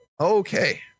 okay